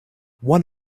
one